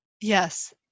yes